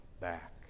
back